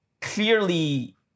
clearly